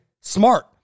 smart